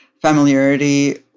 familiarity